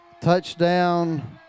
touchdown